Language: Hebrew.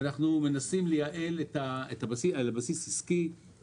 אנחנו מנסים להתייעל על בסיס עסקי,